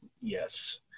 yes